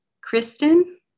Kristen